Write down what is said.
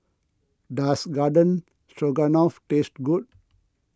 does Garden Stroganoff taste good